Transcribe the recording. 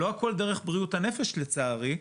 לא הכול דרך בריאות הנפש לצערי,